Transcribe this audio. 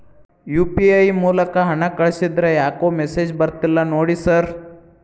UPI ಮೂಲಕ ಹಣ ಕಳಿಸಿದ್ರ ಯಾಕೋ ಮೆಸೇಜ್ ಬರ್ತಿಲ್ಲ ನೋಡಿ ಸರ್?